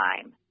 time